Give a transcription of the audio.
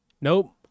nope